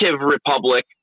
republic